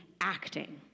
acting